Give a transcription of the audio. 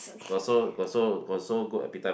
got so got so got so good appetite meh